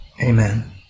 amen